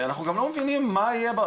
אנחנו גם לא מבינים מה יהיה,